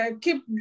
keep